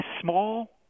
small